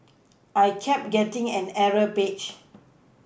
I kept getting an error page